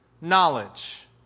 knowledge